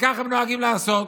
וכך הם נוהגים לעשות.